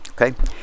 Okay